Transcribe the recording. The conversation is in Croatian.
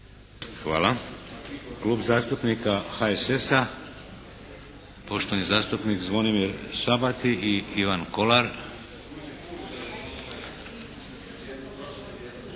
Hvala. Klub zastupnika HSS-a, poštovani zastupnik Zvonimir Sabati i Ivan Kolar.